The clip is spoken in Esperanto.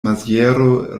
maziero